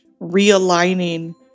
realigning